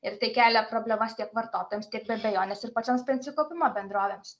ir tai kelia problemas tiek vartotojams tiek be bejonės ir pačioms pensijų kaupimo bendrovėms